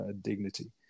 dignity